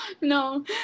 no